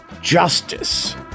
Justice